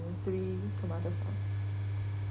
three tomato sauce